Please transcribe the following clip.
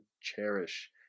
cherish